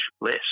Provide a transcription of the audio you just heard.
less